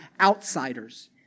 outsiders